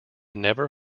never